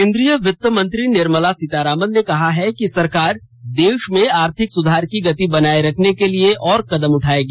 केन्द्रीय वित्त मंत्री निर्मला सीतारामन ने कहा है कि सरकार देश में आर्थिक सुधार की गति बनाए रखने के लिए और कदम उठाएगी